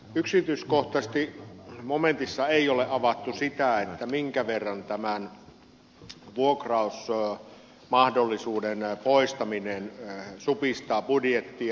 yksityiskohtaisesti momentissa ei ole avattu sitä minkä verran tämän vuokrausmahdollisuuden poistaminen supistaa budjettia